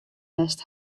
west